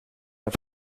pas